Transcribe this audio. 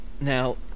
Now